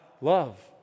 Love